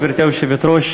גברתי היושבת-ראש,